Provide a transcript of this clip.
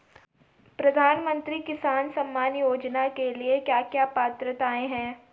प्रधानमंत्री किसान सम्मान योजना के लिए क्या क्या पात्रताऐं हैं?